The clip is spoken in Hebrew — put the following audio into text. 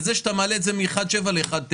בזה שאתה מעלה את הפטור מ-1.7 ל-1.9.